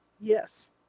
Yes